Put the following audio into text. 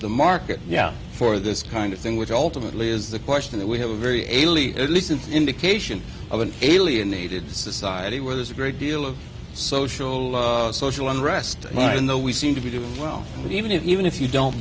the market yeah for this kind of thing which ultimately is the question that we have a very elite at least an indication of an alienated society where there's a great deal of social social unrest when though we seem to be doing well but even if even if you don't